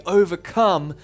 overcome